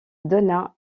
donna